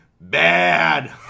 Bad